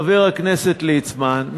חבר הכנסת ליצמן,